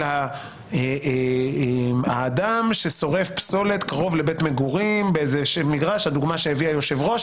של האדם ששורף פסולת קרוב לבית מגורים היושב-ראש הביא דוגמה,